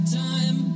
time